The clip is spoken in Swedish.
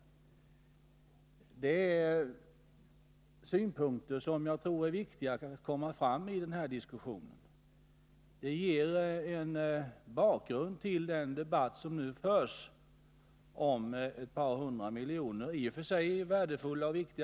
Jag tror att detta är en synpunkt som det är viktigt att vi tar med i den här diskussionen. Det ger en bakgrund till den debatt som nu förs om besparingar på ett par hundra miljoner.